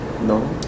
No